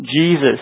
Jesus